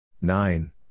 Nine